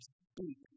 speak